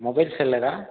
mobile செல்லரா